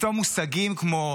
פתאום מושגים כמו: